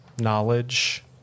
knowledge